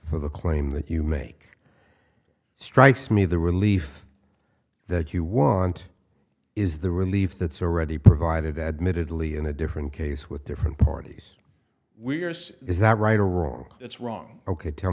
for the claim that you make strikes me the relief that you want is the relief that's already provided admittedly in a different case with different parties weir's is that right or wrong it's wrong ok tell